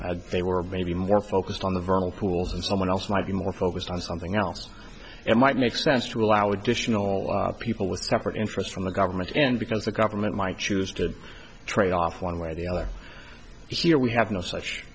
offs they were maybe more focused on the vernal pools and someone else might be more focused on something else it might make sense to allow additional people with separate interests from the government and because the government might choose to trade off one way or the other here we have no such